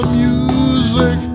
music